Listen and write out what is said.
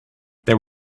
there